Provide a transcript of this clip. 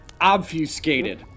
obfuscated